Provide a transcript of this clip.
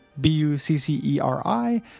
b-u-c-c-e-r-i